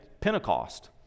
Pentecost